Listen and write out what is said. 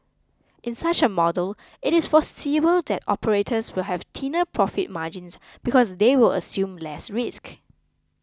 in such a model it is foreseeable that operators will have thinner profit margins because they will assume less risk